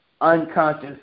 unconscious